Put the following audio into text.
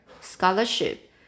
scholarship